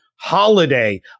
holiday